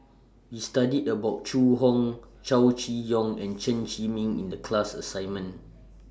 We studied about Zhu Hong Chow Chee Yong and Chen Zhiming in The class assignment